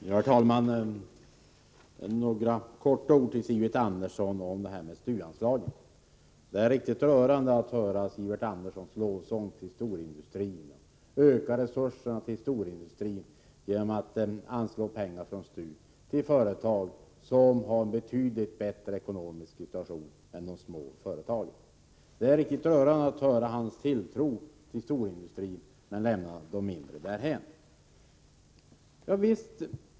Herr talman! Några korta ord till Sivert Andersson om anslaget till STU. Det är riktigt rörande att höra Sivert Anderssons lovsång till storindustrin och om att öka resurserna till storindustrin genom att anslå pengar från STU till de företag som har en betydligt bättre ekonomisk situation än de små företagen. Det är riktigt rörande med hans tilltro till storindustrin, medan han lämnar de mindre företagen därhän.